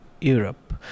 Europe